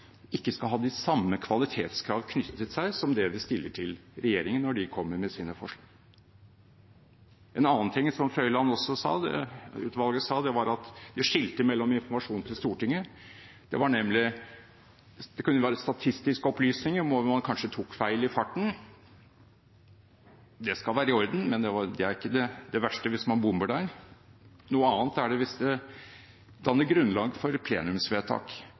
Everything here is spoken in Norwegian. ikke skal ha de samme kvalitetskrav knyttet til seg som det vi stiller til regjeringen når den kommer med sine forslag. En annen ting som Frøiland-utvalget sa, var at man skilte mellom informasjon til Stortinget. Det kunne være statistiske opplysninger, hvor man kanskje tok feil i farten. Det skal være i orden, men det er ikke det verste hvis man bommer der. Noe annet er det hvis det danner grunnlag for plenumsvedtak.